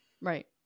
Right